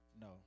no